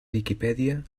viquipèdia